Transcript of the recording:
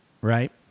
right